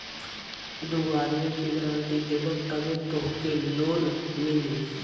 दूगो आदमी के गारंटी देबअ तबे तोहके लोन मिली